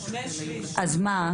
אז מה?